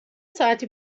ساعتی